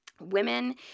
women